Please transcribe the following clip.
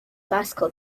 bicycle